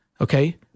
okay